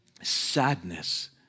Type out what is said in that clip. Sadness